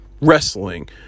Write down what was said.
wrestling